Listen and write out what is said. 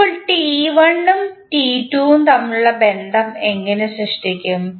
ഇപ്പോൾ ടി 1 ഉം ടി 2 ഉം തമ്മിലുള്ള ബന്ധം എങ്ങനെ സൃഷ്ടിക്കും